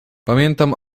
pamiętam